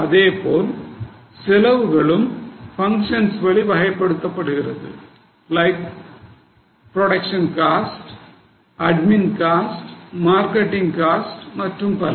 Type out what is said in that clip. அதேபோல் செலவுகளும் பங்க்ஷன்ஸ் வழி வகைப்படுத்தப்படுகிறது like production cost admin cost marketing cost மற்றும் பல